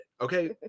okay